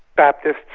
baptists,